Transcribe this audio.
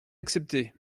accepté